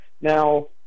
Now